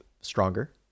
stronger